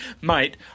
mate